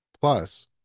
Plus